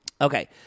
Okay